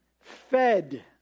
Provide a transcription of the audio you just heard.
fed